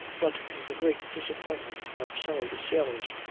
but to the great disappointment of some of the sailors,